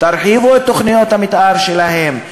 תרחיבו את תוכניות המתאר שלהם,